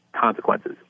consequences